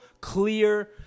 clear